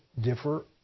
differ